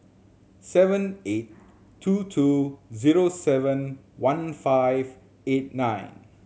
seven eight two two zero seven one five eight nine